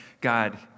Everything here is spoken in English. God